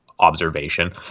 observation